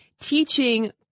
teaching